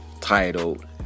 titled